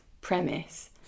premise